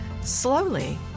Slowly